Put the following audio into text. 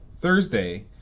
Thursday